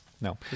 no